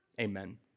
amen